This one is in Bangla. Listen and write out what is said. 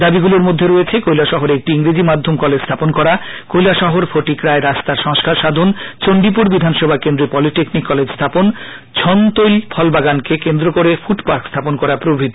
দাবিগুলির মধ্যে রয়েছে কৈলাসহরে একটি ইংরেজি মাধ্যম কলেজ স্থাপন করা কৈলাসহর ফটিকরায় রাস্তার সংস্কার সাধন চন্ডিপুর বিধানসভা কেন্দ্রে পলিটেকনিক কলেজ স্থাপন ছনতৈল ফল বাগানকে কেন্দ্র করে ফুডপার্ক স্হাপন করা প্রভৃতি